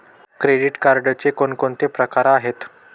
Credit कार्डचे कोणकोणते प्रकार आहेत?